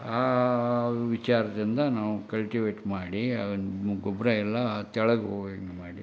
ಆ ವಿಚಾರದಿಂದ ನಾವು ಕಲ್ಟಿವೇಟ್ ಮಾಡಿ ಗೊಬ್ಬರ ಎಲ್ಲ ತೆಳ್ಗೆ ಹೋಗೋಂಗೆ ಮಾಡಿ